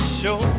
show